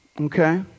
Okay